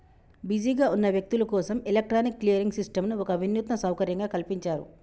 బిజీగా ఉన్న వ్యక్తులు కోసం ఎలక్ట్రానిక్ క్లియరింగ్ సిస్టంను ఒక వినూత్న సౌకర్యంగా కల్పించారు